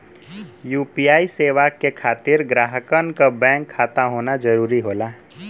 UPI सेवा के खातिर ग्राहकन क बैंक खाता होना जरुरी होला